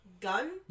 Gun